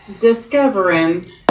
discovering